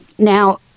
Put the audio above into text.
Now